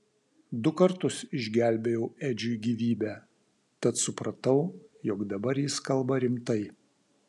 du kartus išgelbėjau edžiui gyvybę tad supratau jog dabar jis kalba rimtai